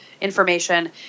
information